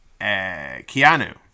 Keanu